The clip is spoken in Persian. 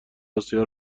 آسیا